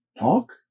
talk